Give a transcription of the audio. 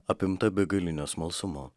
apimta begalinio smalsumo